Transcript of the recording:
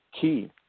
key